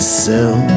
sell